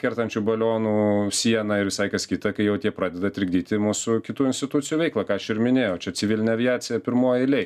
kertančių balionų sieną ir visai kas kita kai jau tie pradeda trikdyti mūsų kitų institucijų veiklą ką aš ir minėjau čia civilinė aviacija pirmoj eilėj